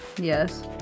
Yes